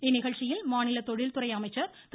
இந்நிகழ்ச்சியில் மாநில தொழில்துறை அமைச்சர் திரு